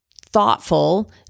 thoughtful